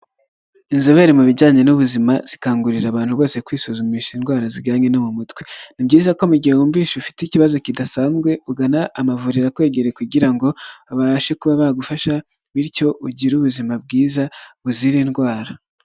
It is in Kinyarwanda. Inzobere mu bijyanye n'ubuzima zikangurira abantu bose kwisuzumisha indwara zijyanye no mu mutwe. Ni byiza ko mugihe wumvishe ufite ikibazo kidasanzwe, ugana amavuriro akwegereye kugira ngo babashe kuba bagufasha, bityo ugire ubuzima bwiza buzira indwara.